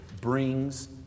brings